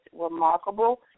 remarkable